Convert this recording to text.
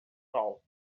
sol